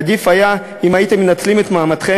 עדיף היה אם הייתם מנצלים את מעמדכם